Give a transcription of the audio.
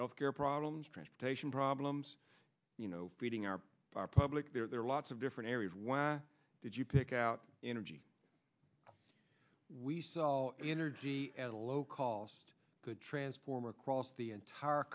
health care problems transportation problems you know feeding our public there are lots of different areas where did you pick out energy we saw energy at a low cost could transform across the entire